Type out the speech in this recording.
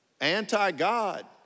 Anti-God